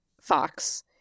fox